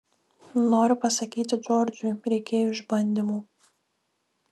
noriu pasakyti džordžui reikėjo išbandymų